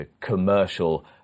commercial